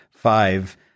Five